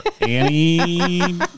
Annie